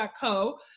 Co